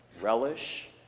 Relish